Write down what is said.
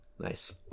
Nice